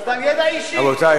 ידע אישי,